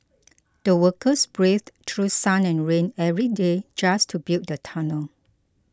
the workers braved through sun and rain every day just to build the tunnel